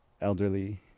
elderly